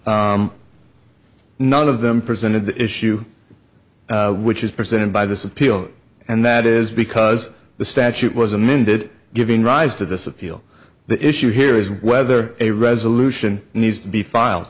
court none of them presented the issue which is presented by this appeal and that is because the statute was amended giving rise to this appeal the issue here is whether a resolution needs to be file